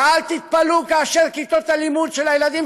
ואל תתפלאו כאשר כיתות הלימוד של הילדים